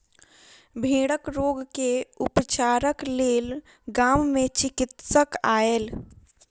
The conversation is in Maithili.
भेड़क रोग के उपचारक लेल गाम मे चिकित्सक आयल